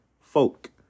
folk